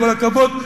כל הכבוד,